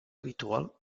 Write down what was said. habitual